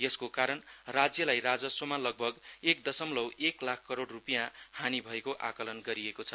यसको कारण राज्यलाई राजस्वमा लगभग एक दसमलौ एक लाख करोड रुपियौँ हानी भएको आकलन गरिएको छ